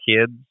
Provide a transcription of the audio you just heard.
kids